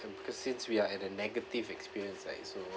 because since we are at a negative experience right so